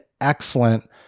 excellent